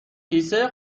کیسه